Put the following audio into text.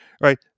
Right